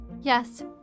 Yes